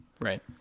Right